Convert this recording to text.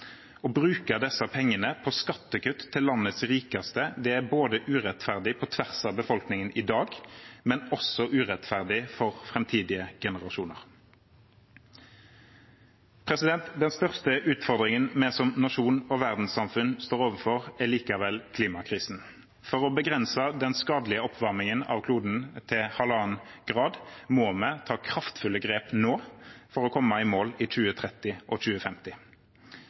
Å bruke disse pengene på skattekutt til landets rikeste er både urettferdig på tvers av befolkningen i dag og også urettferdig for framtidige generasjoner. Den største utfordringen vi som nasjon og verdenssamfunn står overfor, er likevel klimakrisen. For å begrense den skadelige oppvarmingen av kloden til 1,5 grad må vi ta kraftfulle grep nå for å komme i mål i 2030 og 2050.